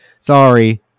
Sorry